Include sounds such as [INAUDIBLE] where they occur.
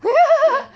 [LAUGHS]